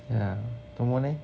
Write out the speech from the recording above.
ya 做么 leh